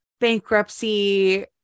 bankruptcy